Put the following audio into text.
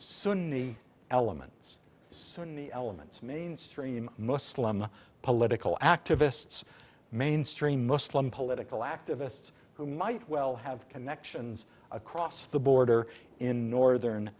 sunni elements sunni elements mainstream muslim political activists mainstream muslim political activists who might well have connections across the border in northern